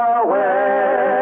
away